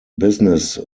business